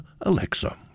Alexa